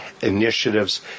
initiatives